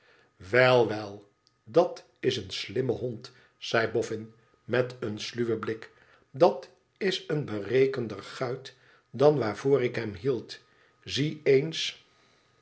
wel wel dat is een slimme hond zei boffin met een sluwen blik dat is een berekenender guit dan waarvoor ik hem hield zie eens